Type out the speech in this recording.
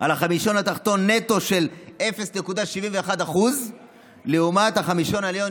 על החמישון התחתון נטו של 0.71% לעומת החמישון העליון,